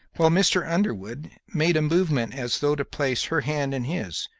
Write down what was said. while mr. underwood made a movement as though to place her hand in his.